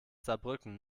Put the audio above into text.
saarbrücken